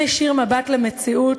אם ניישיר מבט למציאות,